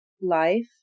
life